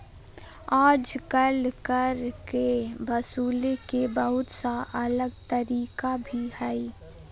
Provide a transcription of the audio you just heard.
आजकल कर के वसूले के बहुत सा अलग तरीका भी हइ